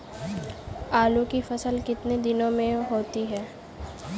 आलू की फसल कितने दिनों में होती है?